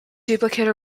duplicate